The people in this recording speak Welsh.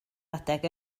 adeg